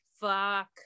Fuck